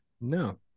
No